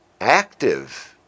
Active